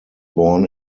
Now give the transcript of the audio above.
born